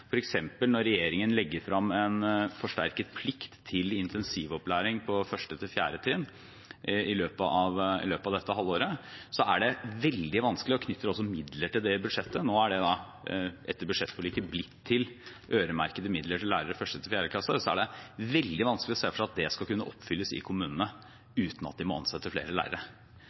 Når regjeringen f.eks. legger frem en forsterket plikt til intensivopplæring på 1.–4. trinn i løpet av dette halvåret, er det veldig vanskelig å se for seg at det skal kunne oppfylles i kommunene uten at de må ansette flere lærere. Det er også midler knyttet til det i budsjettet. Nå er det, etter budsjettforliket, blitt til øremerkede midler til lærere